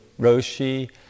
Roshi